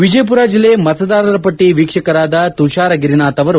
ವಿಜಯಪುರ ಜಿಲ್ಲೆ ಮತದಾರರ ಪಟ್ಲ ವೀಕ್ಷಕರಾದ ತುಷಾರ ಗಿರಿನಾಥ ಅವರು